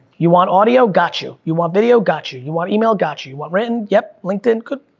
you want audio? got you. you want video? got you. you want email? got you. you want written? yep. linkedin? good.